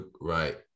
Right